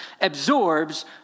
absorbs